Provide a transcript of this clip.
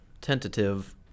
tentative